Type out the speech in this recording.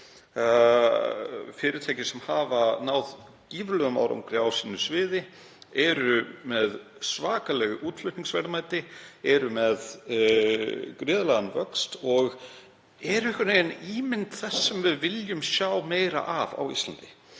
fyrirtæki sem hafa náð gífurlegum árangri á sínu sviði, eru með svakaleg útflutningsverðmæti, eru með gríðarlegan vöxt og eru ímynd þess sem við viljum sjá meira af á Íslandi.